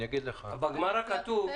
בגמרא כתוב,